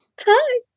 Hi